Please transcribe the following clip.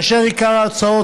עיקר ההוצאה,